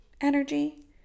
energy